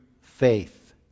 faith